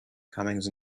comings